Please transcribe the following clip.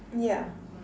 yeah